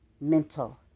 Mental